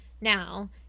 now